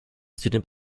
student